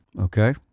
okay